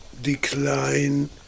decline